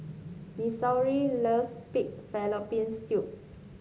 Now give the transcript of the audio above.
Missouri loves Pig Fallopian Tubes